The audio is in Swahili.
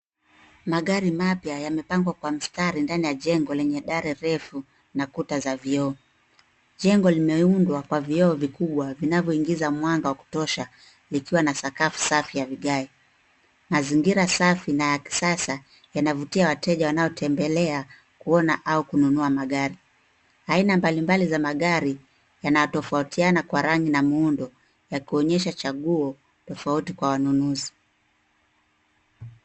Magari mapya yamepangwa kwa mstari ndani ya jengo lenye dari refu, na kuta za vioo. Jengo limeundwa kwa vyoo vikubwa vinavyoingiza mwanga wa kutosha, likiwa na sakafu safi ya vigae. Mazingira safi na ya kisasa, yanavutia wateja wanaotembelea, kuona, au kununua magari. Aina mbalimbali za magari, yanatofautiana kwa rangi na muundo, ya kuonyesha chaguo, tofauti kwa wanunuzi.